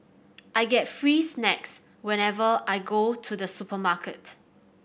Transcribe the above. I get free snacks whenever I go to the supermarket